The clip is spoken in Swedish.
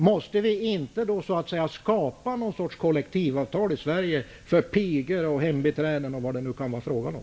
Måste vi inte skapa någon sorts kollektivavtal i Sverige för pigor, hembiträden och vad det kan vara frågan om?